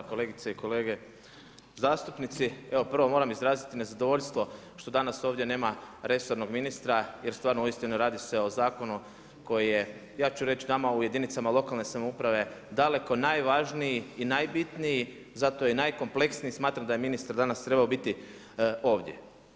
Kolegice i kolege zastupnici, prvo moram izraziti nezadovoljstvo što danas ovdje nema resornog ministra jer stvarno uistinu radi se o zakonu koji je ja ću reći, nama u jedinicama lokalne samouprave daleko najvažniji i najbitniji, zato je najkompleksniji, smatram da je ministar danas trebao biti ovdje.